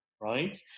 right